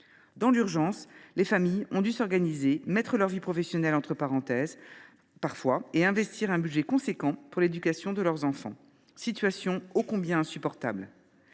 Dans l’urgence, les familles ont dû s’organiser, mettre parfois leur vie professionnelle entre parenthèses, investir un budget considérable dans l’éducation de leurs enfants – situation ô combien insupportable